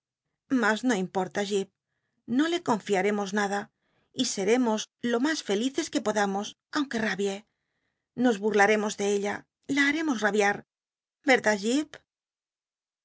mas no importa jip no le con liaremos nada y seremos lo mas felices que podamos aunque rabie nos burlaremos de ella la haremos rabiar